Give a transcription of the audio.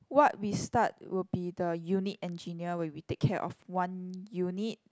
what we start will be the unit engineer where we take care of one unit